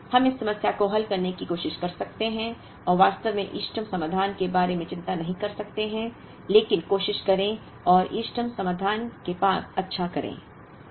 क्या हम इस समस्या को हल करने की कोशिश कर सकते हैं और वास्तव में इष्टतम समाधान के बारे में चिंता नहीं कर सकते हैं लेकिन कोशिश करें और इष्टतम समाधान के पास अच्छा करें